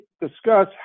discuss